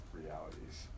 realities